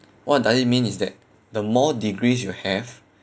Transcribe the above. what does it mean is that the more degrees you have